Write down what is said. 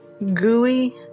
gooey